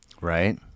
right